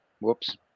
Whoops